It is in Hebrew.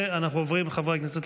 חברי הכנסת,